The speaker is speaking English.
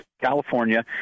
California